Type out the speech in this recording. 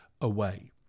away